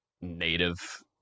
native